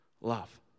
love